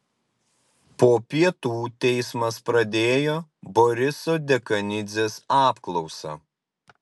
po pietų teismas pradėjo boriso dekanidzės apklausą